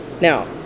Now